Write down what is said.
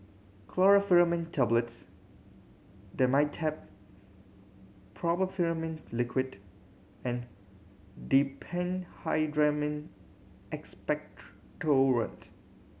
Chlorpheniramine Tablets Dimetapp Brompheniramine Liquid and Diphenhydramine Expectorant